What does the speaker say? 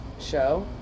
show